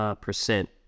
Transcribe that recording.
percent